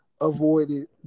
avoided